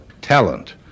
talent